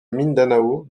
mindanao